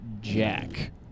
Jack